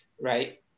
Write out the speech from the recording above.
right